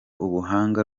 ubuhanga